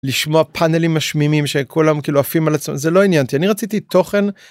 לשמוע פאנלים משמימים שכולם כאילו עפים על עצמם זה לא עניין אותי אני רציתי תוכן.